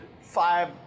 five